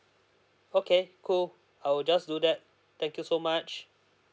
okay cool I will just do that thank you so much